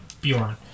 Bjorn